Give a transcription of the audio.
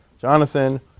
Jonathan